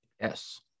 Yes